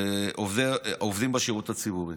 ולעובדים בשירות הציבורי.